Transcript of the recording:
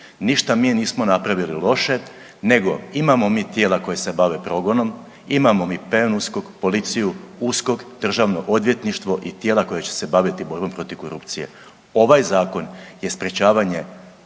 Ništa mi nismo napravili loše, nego imamo mi tijela koja se bave progonom, imamo mi PNUSKOK, policiju, USKOK, Državno odvjetništvo i tijela koja će se baviti borbom protiv korupcije. Ovaj Zakon je sprječavanje